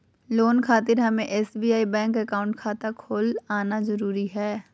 Loan खातिर हमें SBI bank account खाता खोल आना जरूरी है?